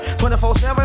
24-7